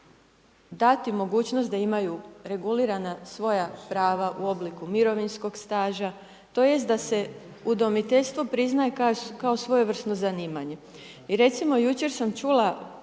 dati mogućnost da imaju regulirana svoja prava u obliku mirovinskog staža tj. da se udomiteljstvo priznaje kao svojevrsno zanimanje. I recimo, jučer sam čula